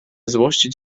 złościć